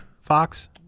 Fox